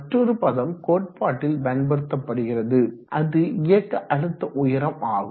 மற்றொரு பதம் கோட்பாட்டில் பயன்படுத்தப்படுகிறது அது இயக்க அழுத்த உயரம் ஆகும்